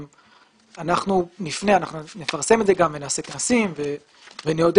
אנחנו נפרסם את זה ונעשה כנסים ונעודד